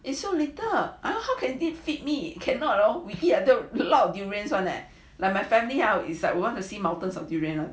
it's so little how can it feed me cannot all we eat a lot of durians one that like my family is want to see mountains of durian lah